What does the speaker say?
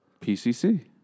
PCC